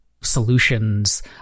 solutions